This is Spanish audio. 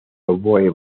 oboe